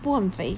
不很肥